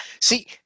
see